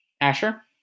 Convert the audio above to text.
Asher